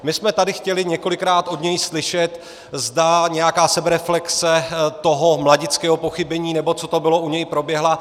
My jsme tady chtěli několikrát od něj slyšet, zda nějaká sebereflexe toho mladického pochybení, nebo co to bylo, u něj proběhla.